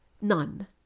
None